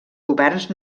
governs